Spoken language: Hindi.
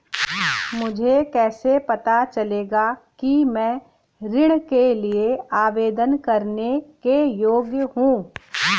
मुझे कैसे पता चलेगा कि मैं ऋण के लिए आवेदन करने के योग्य हूँ?